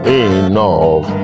enough